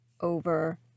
over